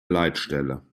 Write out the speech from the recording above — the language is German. leitstelle